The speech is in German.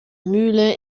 mühle